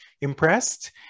impressed